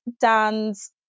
Dan's